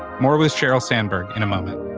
more with sheryl sandberg in a moment.